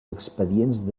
expedients